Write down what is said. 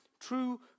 true